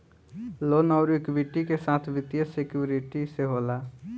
loan अउर equity के साथ वित्तीय सिक्योरिटी से होला